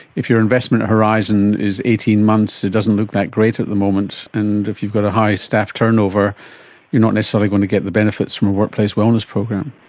if your investment horizon is eighteen months, it doesn't look that great at the moment, and if you've got a high staff turnover you're not necessarily going to get the benefits from a workplace wellness program.